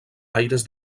aires